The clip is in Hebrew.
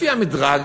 לפי המדרג,